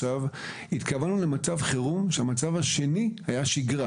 התכוונו למצב חירום כשהמצב השני היה שגרה.